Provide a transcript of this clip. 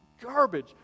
garbage